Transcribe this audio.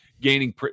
gaining